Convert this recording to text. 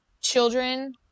children